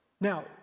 Now